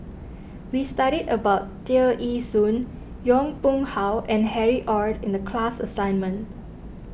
we studied about Tear Ee Soon Yong Pung How and Harry Ord in the class assignment